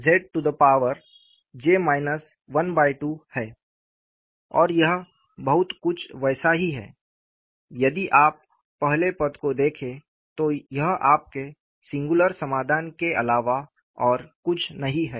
और यह बहुत कुछ वैसा ही है यदि आप पहले पद को देखें तो यह आपके सिंगुलर समाधान के अलावा और कुछ नहीं है